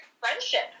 friendship